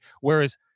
whereas